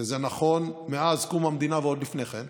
וזה נכון מאז קום המדינה ועוד לפני כן,